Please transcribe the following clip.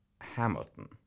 Hamilton